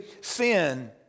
sin